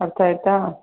ಅರ್ಥ ಆಯಿತಾ